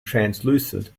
translucent